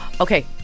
Okay